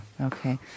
Okay